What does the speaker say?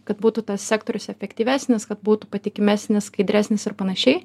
kad būtų tas sektorius efektyvesnis kad būtų patikimesnis skaidresnis ir panašiai